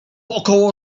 około